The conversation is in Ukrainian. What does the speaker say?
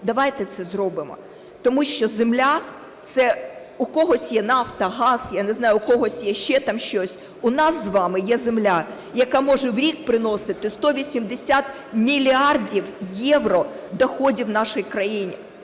давайте це зробимо. Тому що земля – це… В когось є нафта, газ, я не знаю, в когось є там ще щось, у нас з вами є земля, яка може в рік приносити 180 мільярдів євро доходів нашій країні,